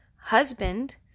husband